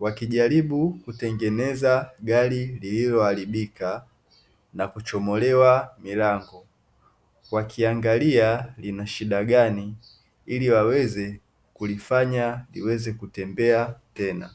wakijaribu kutengeneza gari, lililoharibika na kuchomolewa milango, wakiangalia lina shida gani ili liweze kutembea tena.